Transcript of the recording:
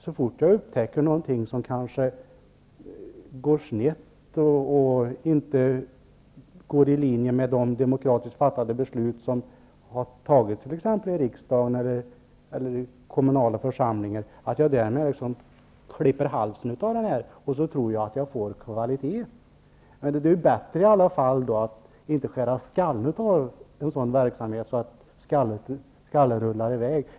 Så fort jag upptäcker någonting som har gått snett eller inte går i linje med de beslut som har fattats demokratiskt av t.ex. riksdagen eller kommunala församlingar, klipper jag ju så att säga inte halsen av verksamheten och tror att man på så sätt får en högre kvalitet. Det är ju bättre att kritisera och att föra fram förslag än att skära skallen av verksamheten, så att skallen rullar i väg.